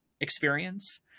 experience